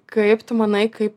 kaip tu manai kaip